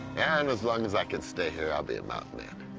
and as long as i can stay here, i'll be a mountain man.